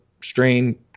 strain